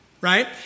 Right